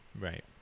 right